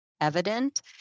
evident